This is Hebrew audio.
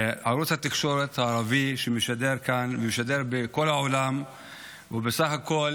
ערוץ התקשורת הערבי שמשדר כאן ומשדר בכל העולם ובסך הכול